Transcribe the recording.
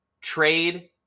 trade